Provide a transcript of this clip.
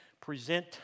present